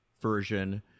version